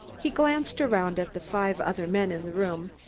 he glanced around at the five other men in the room,